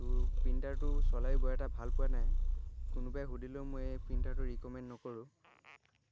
তো প্ৰিণ্টাৰটো চলায়ো বৰ এটা ভাল পোৱা নাই কোনোবাই সুধিলেও মই এই প্ৰিণ্টাৰটো ৰিকমেণ্ড নকৰোঁ